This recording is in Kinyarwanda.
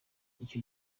icyo